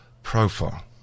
Profile